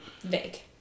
vague